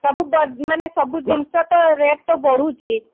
ସବୁ ମାନେ ସବୁ ଜିନିଷ ତ ରେଟ୍ ତ ବଢ଼ୁଛି